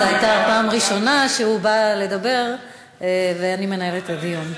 זאת הייתה הפעם הראשונה שהוא בא לדבר ואני מנהלת את הדיון.